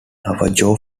navajo